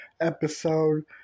episode